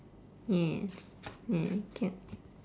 yes !yay! can